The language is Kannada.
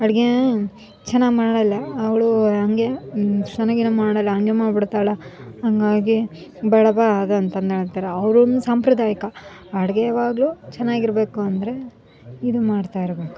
ಅಡುಗೆ ಚೆನ್ನಾಗಿ ಮಾಡೋಲ್ಲಅವಳು ಹಾಗೆ ಸ್ನಾನ ಗೀನ ಮಾಡೋಲ್ಲ ಹಾಗೆ ಮಾಡ್ಬಿಡ್ತಾಳೆ ಹಾಗಾಗಿ ಬೇಡಪ್ಪ ಅದು ಅಂತಂದು ಹೇಳಿರು ಅವರೂನು ಸಾಂಪ್ರದಾಯಿಕ ಅಡುಗೆ ಯಾವಾಗಲೂ ಚೆನ್ನಾಗಿರ್ಬೇಕು ಅಂದರೆ ಇದು ಮಾಡ್ತಾಯಿರ್ಬೇಕು